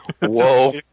Whoa